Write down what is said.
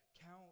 Count